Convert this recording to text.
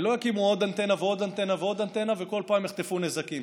הן לא יקימו עוד אנטנה ועוד אנטנה ועוד אנטנה וכל פעם יחטפו נזקים.